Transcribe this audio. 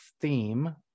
theme